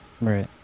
Right